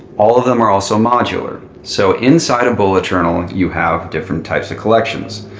all of them are also modular. so inside a bullet journal, you have different types of collections.